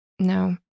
No